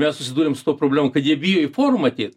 mes susidūrėm su tuo problemų kad jie bijo į forumą ateit